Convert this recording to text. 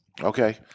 Okay